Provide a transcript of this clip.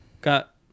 got